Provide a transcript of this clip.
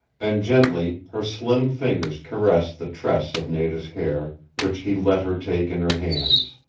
and gently her slim fingers caressed the tress of nada's hair which he let her take in her hands.